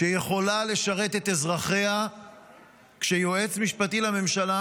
שיכולה לשרת את אזרחיה כשיועץ משפטי לממשלה